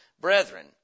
Brethren